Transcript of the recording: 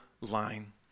line